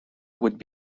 would